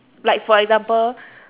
like for example